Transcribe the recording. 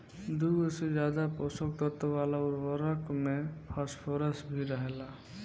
दुगो से ज्यादा पोषक तत्व वाला उर्वरक में फॉस्फोरस भी रहेला